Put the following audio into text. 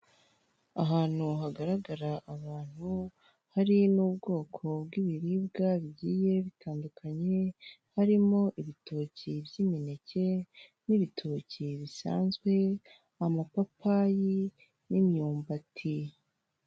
Ahantu hagaragara abantu hari n'ubwoko bw'ibiribwa bigiye bitandukanye, harimo ibitoki by'imineke n'ibitoki bisanzwe amapapayi n'imyumbati.